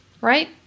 right